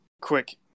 quick